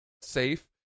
safe